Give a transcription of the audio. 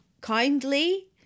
kindly